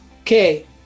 okay